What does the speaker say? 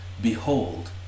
behold